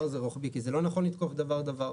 הזה רוחבי כי זה לא נכון לתקוף דבר דבר,